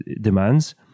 demands